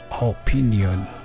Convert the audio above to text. opinion